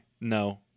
No